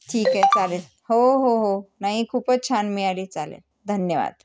ठीक आहे चालेल हो हो हो नाही खूपच छान मिळाली चालेल धन्यवाद